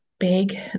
big